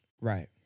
right